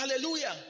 hallelujah